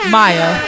Maya